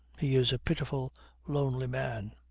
he is a pitiful lonely man.